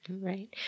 Right